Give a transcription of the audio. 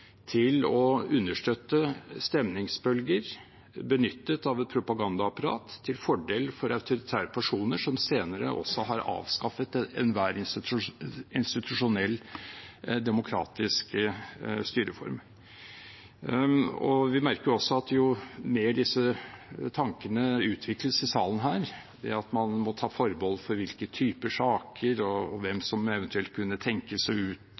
til å understøtte stemningsbølger benyttet av et propagandaapparat til fordel for autoritære personer som senere også har avskaffet enhver institusjonell demokratisk styreform. Vi merker også at jo mer disse tankene utvikles i salen her, ved at man må ta forbehold om hvilke typer saker, hvem som eventuelt kunne tenkes å utgjøre disse initiativgruppene, osv., ser man også hvilket villniss man beveger seg